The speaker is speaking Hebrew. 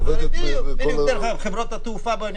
שעובדת ----- חברות התעופה,